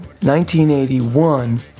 1981